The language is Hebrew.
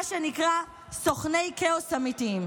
מה שנקרא, סוכני כאוס אמיתיים.